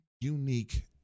unique